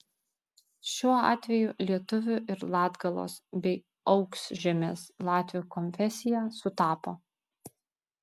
šiuo atveju lietuvių ir latgalos bei aukšžemės latvių konfesija sutapo